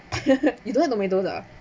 you don't like tomatoes ah